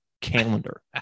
calendar